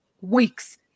weeks